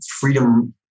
Freedom